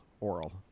oral